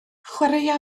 chwaraea